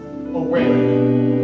away